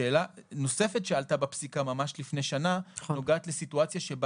שאלה נוספת שעלתה בפסיקה ממש לפני שנה נוגעת לסיטואציה בה